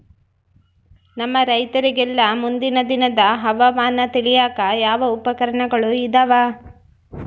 ನಮ್ಮ ರೈತರಿಗೆಲ್ಲಾ ಮುಂದಿನ ದಿನದ ಹವಾಮಾನ ತಿಳಿಯಾಕ ಯಾವ ಉಪಕರಣಗಳು ಇದಾವ?